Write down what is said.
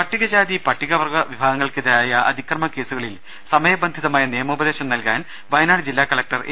പട്ടികജാതി പട്ടികവർഗ വിഭാഗങ്ങൾക്കെതിരായ അതിക്രമകേസുകളിൽ സമയബന്ധിതമായ നിയമോ പദേശം നൽകാൻ വയനാട് ജില്ലാ കളക്ടർ എ